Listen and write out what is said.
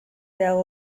their